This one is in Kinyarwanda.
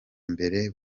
mbere